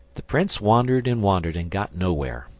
the prince wandered and wandered, and got nowhere.